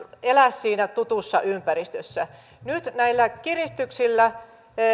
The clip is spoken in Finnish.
elää siinä tutussa ympäristössä nyt näillä kiristyksillä